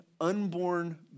unborn